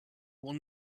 will